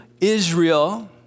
Israel